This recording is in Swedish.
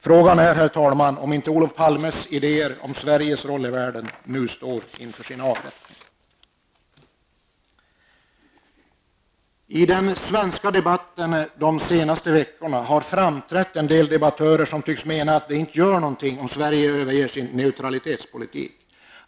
Frågan är om inte Olof Palmes idéer om Sveriges roll i världen nu står inför sin avrättning. I den svenska debatten har under de senaste veckorna framträtt en del debattörer som tycks mena att det inte gör något om Sverige överger sin neutralitetspolitik.